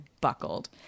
buckled